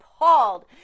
appalled